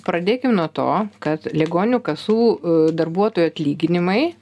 pradėkim nuo to kad ligonių kasų darbuotojų atlyginimai